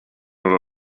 oder